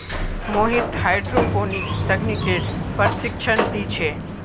Mohit hydroponics तकनीकेर प्रशिक्षण दी छे